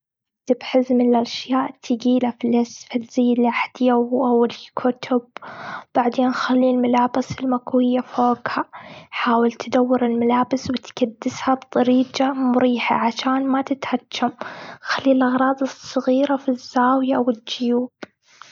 أكتب حزم الأشياء تقيلة في الأسفل زي الأحزية والكتب. بعدين خلي الملابس المكوية فوقها. حاول تدور الملابس وتكدسها بطريقة مريحة، عشان ما تتهكم. خلي الأغراض الصغيرة في الزاوية و الجيوب.